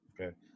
Okay